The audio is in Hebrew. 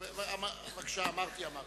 אמרתי, אמרתי.